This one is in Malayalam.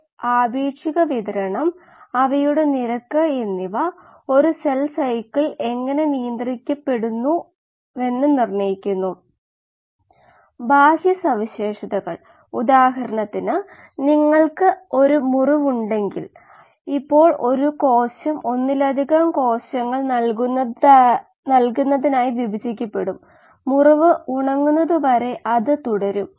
5 ആണ് സബ്സ്ട്രേറ്റിൽനിന്നുള്ള സെൽ യീൽഡ് കോയെഫിഷൻറ് നൽകിയ ഇൻലെറ്റ് വോള്യൂമെട്രിക് ഫ്ലോ റേറ്റിൽ മുകളിൽ പറഞ്ഞവ വച്ച് ഒരു കീമോസ്റ്റാറ്റിന്റെ ഏറ്റവും കുറഞ്ഞ വലുപ്പം കണ്ടെത്തുക